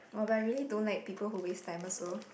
oh but I really don't like people who waste time also